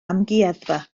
amgueddfa